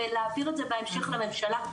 ולהעביר את זה בהמשך לממשלה.